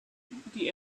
the